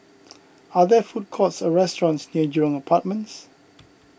are there food courts or restaurants near Jurong Apartments